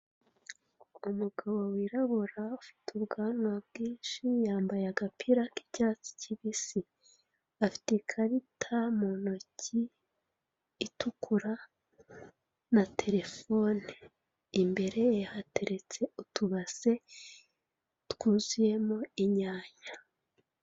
Umugabo wirabura ufite ubwanwa bwinshi yambaye agapira ka icyatsi kibisi, afite ikarita muntoki itukura na telefone. Imbere hateretse utubase twuzuye inyanya.